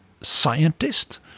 scientist